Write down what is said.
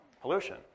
pollution